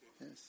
Yes